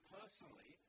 personally